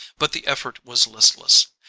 but the effort was listless.